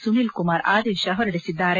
ಸುನೀಲ್ ಕುಮಾರ್ ಆದೇಶ ಹೊರಡಿಸಿದ್ದಾರೆ